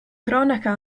cronaca